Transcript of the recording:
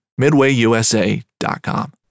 MidwayUSA.com